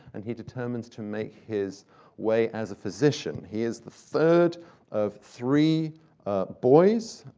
and he determines to make his way as a physician. he is the third of three boys.